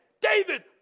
David